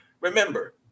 remember